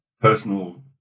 personal